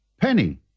Penny